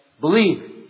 believe